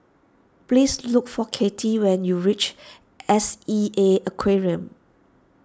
please look for Katie when you reach S E A Aquarium